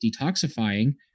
detoxifying